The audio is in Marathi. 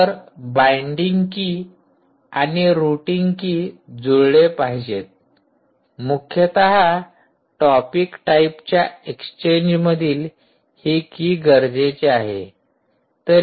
तर बाइंडिंग की आणि रुटींग की जुळले पाहिजेत मुख्यतः टॉपिक टाईपच्या एक्सचेंजमधील ही की गरजेचे आहे